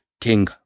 King